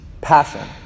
passion